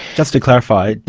just to clarify,